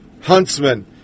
Huntsman